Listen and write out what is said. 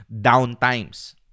downtimes